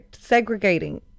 Segregating